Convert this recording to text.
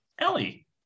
Ellie